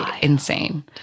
Insane